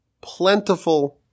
plentiful